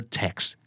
text